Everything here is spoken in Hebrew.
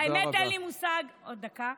עוד דקה.